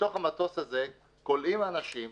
בתוך המטוס הזה כולאים אנשים